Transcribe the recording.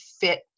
fit